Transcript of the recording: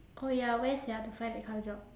oh ya where sia to find that kind of job